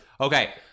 Okay